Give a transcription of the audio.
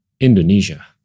Indonesia